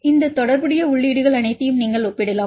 எனவே இந்த தொடர்புடைய உள்ளீடுகள் அனைத்தையும் நீங்கள் ஒப்பிடலாம்